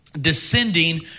descending